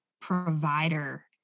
provider